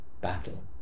battle